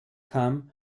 kam